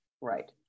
Right